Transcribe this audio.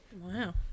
Wow